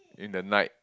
in the night